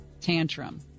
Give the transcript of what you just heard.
tantrum